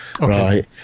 Right